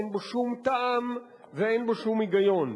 אין בו שום טעם ואין בו שום היגיון.